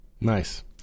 nice